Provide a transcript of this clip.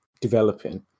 developing